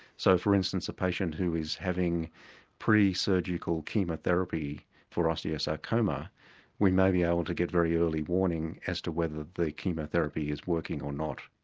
so for instance a patient who is having pre-surgical chemotherapy for osteosarcoma we may be able to get very early warning as to whether the chemotherapy is working or not.